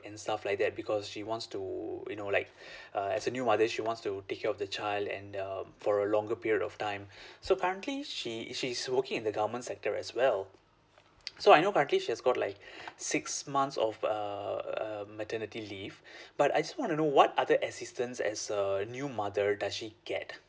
and stuff like that because she wants to you know like uh as a new mother she wants to take care of the child and um for a longer period of time so currently she she's working in the government sector as well so I know currently has got like six months of err uh maternity leave but I just want to know what other assistance as a new mother does she get